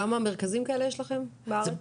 כמה מרכזים כאלה יש לכם בארץ?